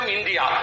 India